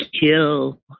kill